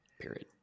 Period